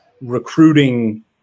recruiting